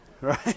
right